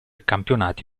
campionati